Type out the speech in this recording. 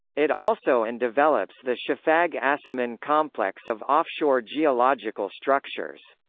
it also and develops the shafag-asiman complex of offshore geological structures.